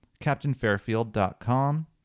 captainfairfield.com